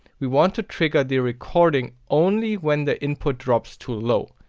we want to trigger the recording only when the input drops to low.